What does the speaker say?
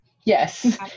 yes